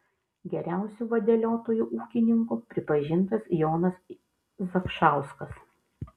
geriausiu vadeliotoju ūkininku pripažintas jonas zakšauskas